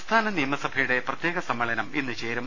സംസ്ഥാന നിയമസഭയുടെ പ്രത്യേക സമ്മേളനം ഇന്ന് ചേരും